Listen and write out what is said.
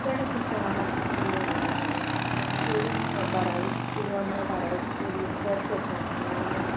ताणे शिक्षणा मात्शें कमी हें घेतलें म्हळ्या चोडूं बारावी चेडवान म्हळ्यार बारावी शी शिकिल्लें बरें पर्संट येयलें